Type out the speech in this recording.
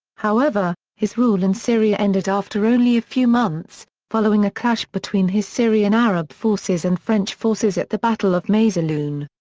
however, his rule in syria ended after only a few months, following a clash between his syrian arab forces and french forces at the battle of maysalun.